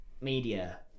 media